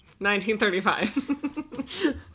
1935